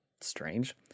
Strange